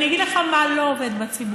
אני אגיד לך מה לא עובד בציבור.